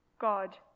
God